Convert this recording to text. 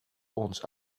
ons